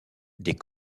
des